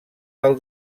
del